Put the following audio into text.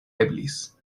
eblis